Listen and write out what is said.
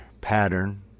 pattern